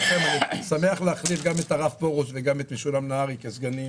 גם את הרב פרוש וגם את משולם נהרי כסגנים